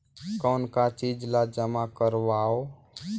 कौन का चीज ला जमा करवाओ?